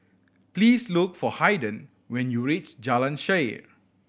please look for Haiden when you reach Jalan Shaer